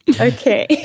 Okay